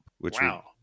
Wow